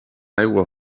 aigua